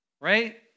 Right